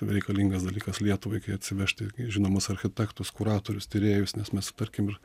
reikalingas dalykas lietuvai kai atsivežti žinomus architektus kuratorius tyrėjus nes mes tarkim ir